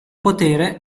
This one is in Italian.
potere